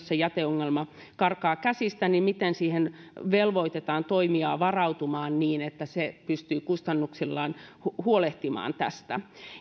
se jäteongelma karkaa käsistä niin miten siihen velvoitetaan toimijaa varautumaan niin että se pystyy kustannusten osalta huolehtimaan tästä